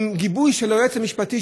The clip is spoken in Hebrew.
עם גיבוי של היועץ המשפטי,